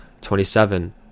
Twenty-seven